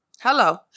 Hello